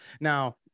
now